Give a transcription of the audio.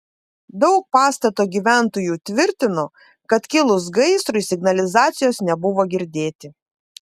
daug pastato gyventojų tvirtino kad kilus gaisrui signalizacijos nebuvo girdėti